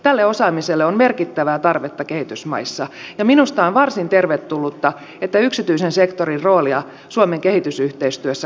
tälle osaamiselle on merkittävää tarvetta kehitysmaissa ja minusta on varsin tervetullutta että yksityisen sektorin roolia suomen kehitysyhteistyössä kasvatetaan